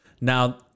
now